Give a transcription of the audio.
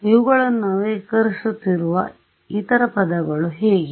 ಇವುಗಳನ್ನು ನವೀಕರಿಸುತ್ತಿರುವ ಇತರ ಪದಗಳು ಹೇಗೆ